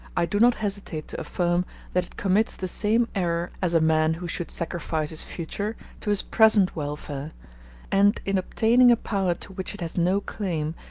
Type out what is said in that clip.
i do not hesitate to affirm that it commits the same error as a man who should sacrifice his future to his present welfare and in obtaining a power to which it has no claim,